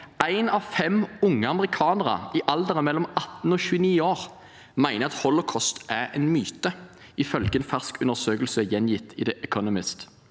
Én av fem unge amerikanere i alderen mellom 18 og 29 år mener at holocaust er en myte, ifølge en fersk undersøkelse gjengitt i The Economist.